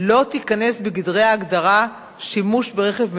לא תיכנס בגדרי ההגדרה "שימוש ברכב מנועי"